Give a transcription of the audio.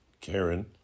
Karen